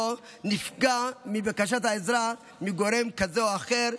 חלילה נפגע מבקש העזרה מגורם כזה או אחר,